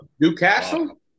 Newcastle